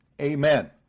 Amen